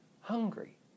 hungry